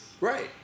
Right